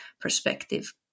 perspective